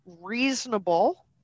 reasonable